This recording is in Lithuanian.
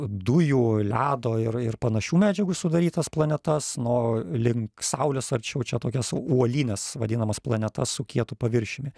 dujų ledo ir ir panašių medžiagų sudarytas planetas na o link saulės arčiau čia tokias uolines vadinamas planetas su kietu paviršiumi